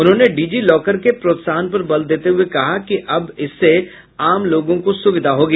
उन्होंने डिजिलॉकर के प्रोत्साहन पर बल देते हुए कहा कि अब इससे आम लोगों को सुविधा होगी